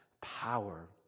Power